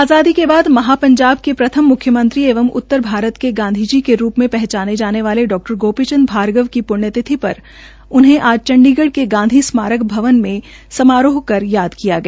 आजादी के बाद महापंजाब के प्रथम मुख्यमंत्री एंव उत्तर भारत के गांधी के रूप मे पहचाने जाने वाले डाक्टर गांपीचन्द भार्गव की प्ण्यतिथि पर उन्हे आज चंडीगढ़ के गांधी स्मारक भवन में समारोह कर याद किया गया